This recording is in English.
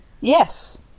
Yes